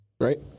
Right